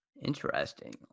Interesting